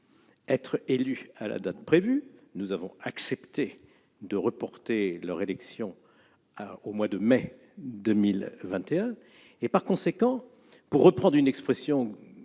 être élus à la date prévue. Nous avons accepté que leur élection soit reportée au mois de mai 2021. Par conséquent, pour reprendre une expression